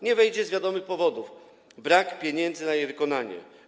Nie wejdzie z wiadomych powodów: brak pieniędzy na jej wykonanie.